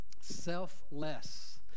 selfless